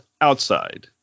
outside